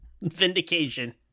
vindication